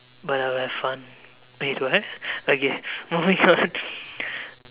but I'll have fun wait what okay moving on